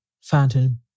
phantom